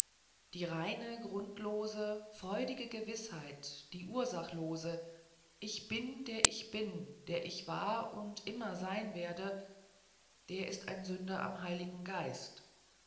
die reine grundlose freudige gewißheit die ursachlose ich bin der ich bin der ich war und immer sein werde der ist ein sünder am heiligen geist